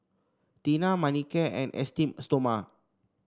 Tena Manicare and Esteem Stoma